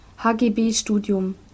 HGB-Studium